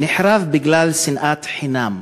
נחרב בגלל שנאת חינם.